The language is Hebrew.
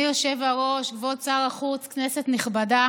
אדוני היושב-ראש, כבוד שר החוץ, כנסת נכבדה